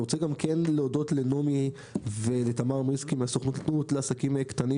רוצה גם להודות לנעמי ולתמר מהסוכנות לעסקים קטנים